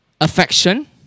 affection